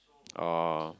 oh